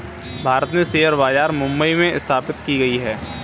भारत में शेयर बाजार मुम्बई में स्थापित की गयी है